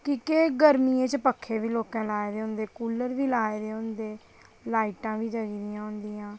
की के गर्मियें च पक्खे बी लोकें लाए दे होंदे कूलर बी लाए दे होंदे लाइटां बी जगी दियां होंदियां